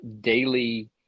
daily